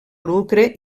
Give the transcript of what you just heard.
lucre